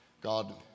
God